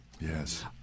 Yes